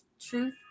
truth